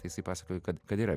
tai jisai pasakojo kad kad yra